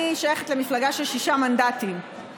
אני שייכת למפלגה של שישה מנדטים,